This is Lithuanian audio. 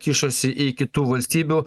kišosi į kitų valstybių